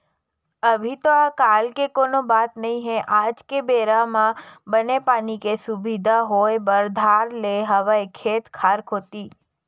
अभी तो अकाल के कोनो बात नई हे आज के बेरा म बने पानी के सुबिधा होय बर धर ले हवय खेत खार कोती